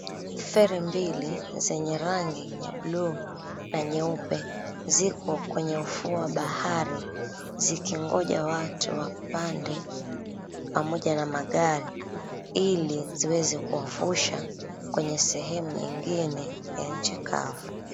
Feri mbili zenye rangi ya blue na nyeupe ziko kwenye ufuo wa bahari zikingonja watu wapande pamoja na magari ili ziweze kuwavusha kwenye sehemu nyingine ya nchi kavu.